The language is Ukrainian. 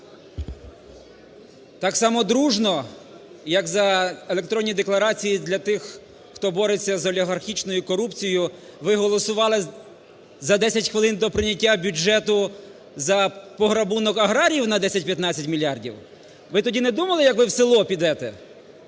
Так само дружно, як за електронні декларації для тих, хто бореться з олігархічною корупцією, ви голосували за 10 хвилин до прийняття бюджету за пограбунок аграріїв на 10-15 мільярдів? Ви тоді не думали, як ви в село підете?